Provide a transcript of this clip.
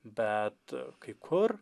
bet kai kur